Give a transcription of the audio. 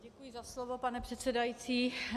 Děkuji za slovo, pane předsedající.